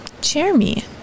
Jeremy